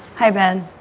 hi, ben